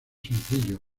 sencillos